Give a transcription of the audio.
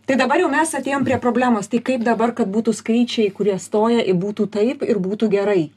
tai dabar jau mes atėjom prie problemos tai kaip dabar kad būtų skaičiai kurie stoja būtų taip ir būtų gerai